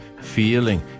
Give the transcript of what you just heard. feeling